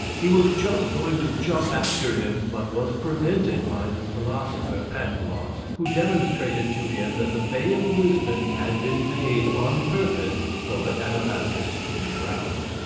he was just going to jump after him, but was prevented by the philosopher pangloss, who demonstrated to him that the bay of lisbon had been made on purpose for the anabaptist to be drowned.